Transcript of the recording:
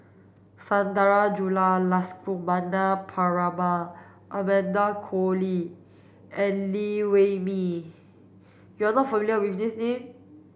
Sundarajulu Lakshmana Perumal Amanda Koe Lee and Liew Wee Mee you are not familiar with these names